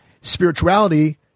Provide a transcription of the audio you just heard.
Spirituality